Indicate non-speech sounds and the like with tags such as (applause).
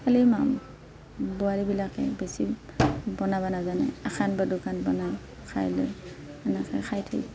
খালী (unintelligible) বোৱাৰীবিলাকে বেছি বনাব নাজানে এখান বা দুখান বনাই খায় লৈ সেনেকৈ খায় থৈ দিয়ে